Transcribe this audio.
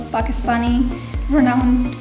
Pakistani-renowned